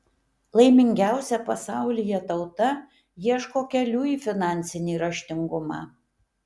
laimingiausia pasaulyje tauta ieško kelių į finansinį raštingumą